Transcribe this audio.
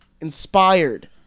inspired